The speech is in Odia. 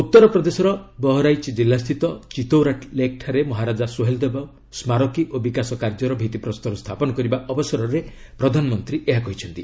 ଉତ୍ତରପ୍ରଦେଶର ବହରାଇଚ୍ ଜିଲ୍ଲାସ୍ଥିତ ଚିଭୌରା ଲେକ୍ଠାରେ ମହାରାଜା ସୋହେଲ ଦେବ ସ୍ମାରକୀ ଓ ବିକାଶ କାର୍ଯ୍ୟର ଭିଭିପ୍ରସ୍ତର ସ୍ଥାପନ କରିବା ଅବସରରେ ପ୍ରଧାନମନ୍ତ୍ରୀ ଏହା କହିଛନ୍ତି